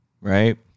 right